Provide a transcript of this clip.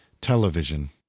television